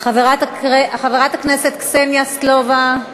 חברת הכנסת קסניה סבטלובה,